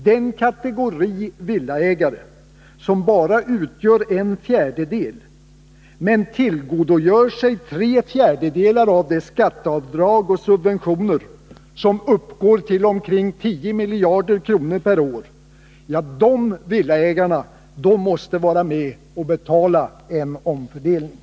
Den kategori villaägare som bara utgör drygt en fjärdedel men som tillgodogör sig tre fjärdedelar av de skatteavdrag och subventioner — som uppgår till omkring 10 miljarder kronor per år — måste vara med och betala en omfördelning!